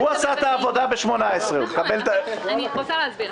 הוא עשה עבורכם את העבודה --- אני רוצה להסביר,